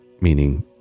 meaning